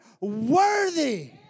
worthy